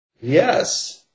Yes